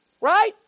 Right